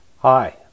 hi